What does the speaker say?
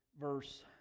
verse